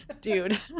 dude